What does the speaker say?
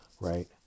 right